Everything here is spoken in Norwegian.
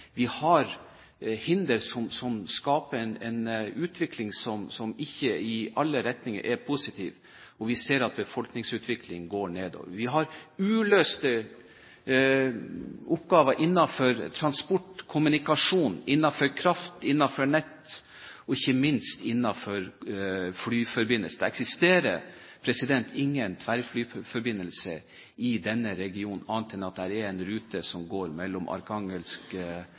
Vi har hindre som skaper en utvikling som ikke i alle retninger er positiv, og vi ser at befolkningsutviklingen går nedover. Vi har uløste oppgaver innenfor transport, kommunikasjon, innenfor kraft, innenfor nett, og ikke minst innenfor flyforbindelser. Det eksisterer ingen tverrflyforbindelse i denne regionen annet enn en rute som går mellom